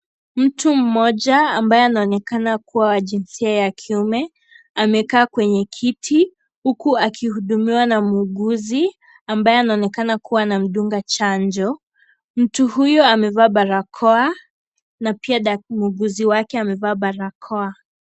Mtu mmoja , ambaye anaonekana kuwa wa jinsia ya kiume. Amekaa kwenye kiti ,huku akihudumiwa na muuguzi ambaye anaonekana kuwa anamdunga chanjo. Mtu huyu amevaa balakoa na pia dak, muuguzi wake amevaa balakoa.